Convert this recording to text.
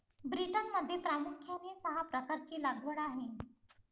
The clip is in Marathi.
ब्रिटनमध्ये प्रामुख्याने सहा प्रकारची लागवड आहे